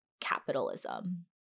Capitalism